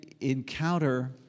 encounter